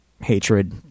hatred